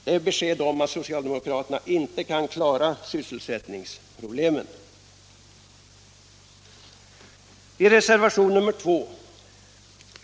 Det är besked om att socialdemokraterna inte kan klara sysselsättningsproblemen.